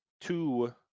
two